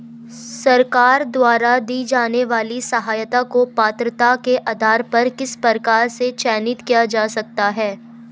सरकार द्वारा दी जाने वाली सहायता को पात्रता के आधार पर किस प्रकार से चयनित किया जा सकता है?